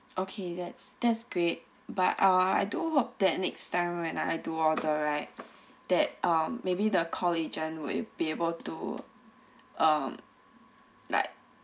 okay that's that's great but uh I do hope that next time when I do order right that um maybe the call agent will be able to um like